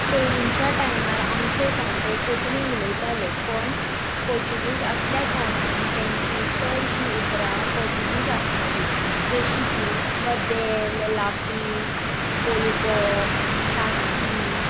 पयलींच्या टायार आमचे जाणटे कोंकणी उलयताले पण पोर्चुगीस आसल्या कारणान तेंची चडशीं उतरां पोर्चुगीस आसतालीं जशीं की कदेल लापीस पोलको तातीं